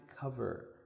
cover